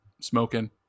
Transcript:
smoking